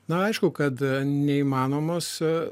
na aišku kad neįmanomos